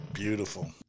Beautiful